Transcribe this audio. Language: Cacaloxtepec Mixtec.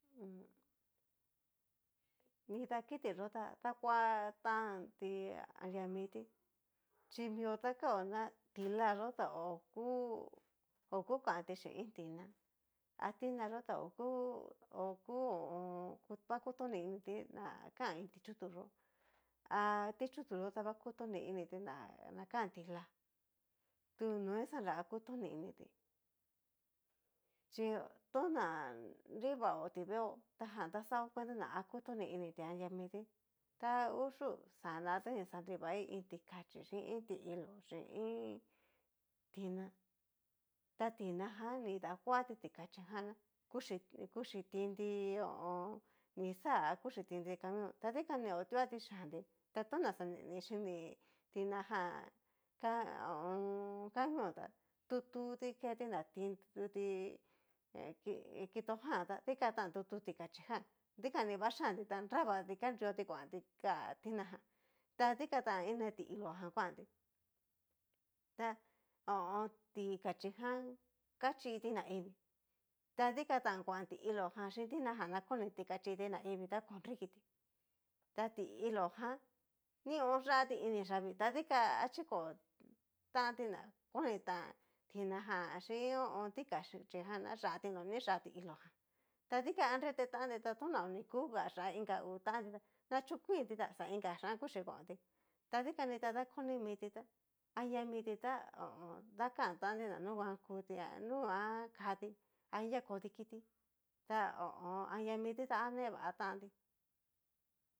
Nida kiti yó ta dakuantanti naria miti chimio ta kao ña ti'la yó ta oku kanti xhin iin tina a tina yó ta oku oku ho o on. va kutoni initi na kán iin ti'chutu yó ha ti'chutu yó ta va kutoni inití na kan tilá tu noí xanra kutoni inití, chí ona nrivaoti veeo ta jan ta xao cuenta ña akutoni initi anria mití, ta hu yú xana ta ni xa nrivai iin tikachín chín iin ti'ilo chin iin tina, ta tinajan ni dakuati tikachijan na kuchi kuchitinti ho o on. kuchitinti nixá ha kuchi tinti camión, ta dikuani ho tuati chianti ta tona xani xhini tina jan ca ho o on. camión ta tutu tuti keti na tinti kitojan tá ta dikan tan tutu tikachí ján dikan va vaxhianti ta nravati kanrioti kuanti ká tina ta dikatán ine ti'lo jan kuanti ta ho o on. tikachí jan kachí naivii ta dikan tan kuan ti'ilo jan chín tina jan na koniti kachiti naivii tá ko nrikití, ta ti'ilojan nion yati ini yavii ta dikan chiko tanti na konitan tinajan xhín ho o on. tikachijan na xati no ni yá ti'ilo jan ta dika a rete tanti ta tona o ni ku nga yá iin ka uu tanti tá nachukuinti ta xa inka xhián kuxhi kontí, ta dikani ta dakoni miti tá adria miti ta ho o on. dakantanti nonguan kuti a nuguan katí anria kodikiti ta ho o on. anria miti ta né va tantí.